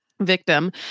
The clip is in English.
victim